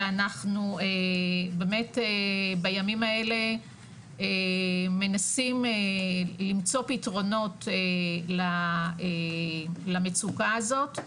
ואנחנו באמת בימים האלה מנסים למצוא פתרונות למצוקה הזאת.